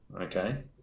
Okay